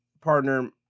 partner